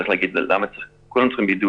צריך להגיד למה כולם צריכים בידוד,